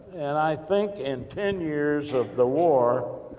and i think, in ten years of the war,